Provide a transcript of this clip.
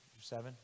seven